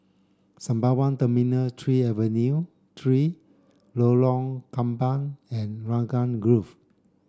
Sembawang Terminal three Avenue three Lorong Kembang and Raglan Grove